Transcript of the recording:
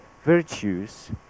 virtues